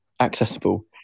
accessible